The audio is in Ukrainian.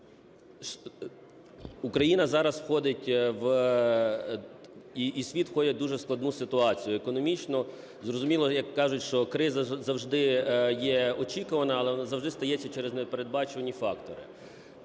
входить і світ входять в дуже складну ситуацію економічну. Зрозуміло, як кажуть, що криза завжди є очікувана, але вона завжди стається через непередбачувані фактори.